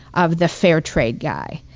of the fair trade guy,